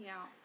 out